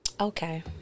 Okay